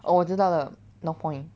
orh 我知道了 north point